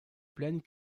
plaine